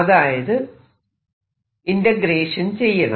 അതായത് ഇന്റഗ്രേഷൻ ചെയ്യണം